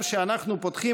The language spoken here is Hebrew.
פאר,